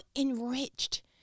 enriched